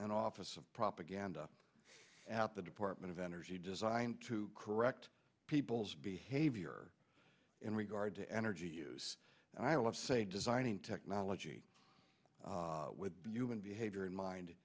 an office of propaganda app the department of energy designed to correct people's behavior in regard to energy use and i love say designing technology with human behavior in mind